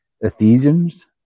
Ephesians